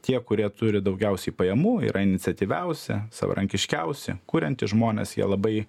tie kurie turi daugiausiai pajamų yra iniciatyviausia savarankiškiausi kuriantys žmonės jie labai